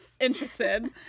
interested